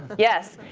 yes.